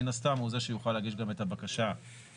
מן הסתם הוא זה שיוכל להגיש גם את הבקשה לחיבור.